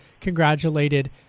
congratulated